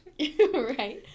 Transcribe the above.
Right